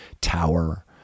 Tower